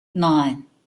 nine